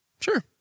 Sure